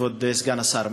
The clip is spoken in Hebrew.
כבוד סגן השר,